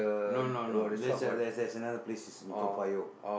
no no no there's a there's there's another place is in Toa-Payoh